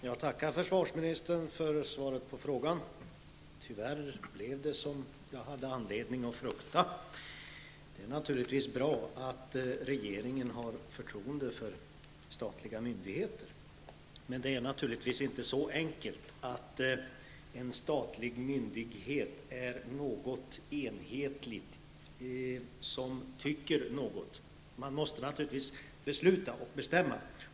Herr talman! Jag tackar försvarsministern för svaret på frågan. Tyvärr blev det som jag hade anledning att frukta. Det är bra att regeringen har förtroende för statliga myndigheter, men det är inte så enkelt som att en statlig myndighet är något enhetligt, som tycker något -- man måste naturligtvis besluta och bestämma.